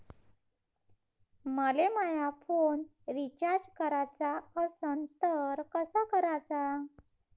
मले माया phone recharge कराचा असन तर कसा कराचा?